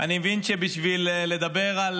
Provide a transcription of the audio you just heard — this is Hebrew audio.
אני מבין שבשביל לדבר על